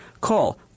Call